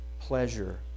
pleasure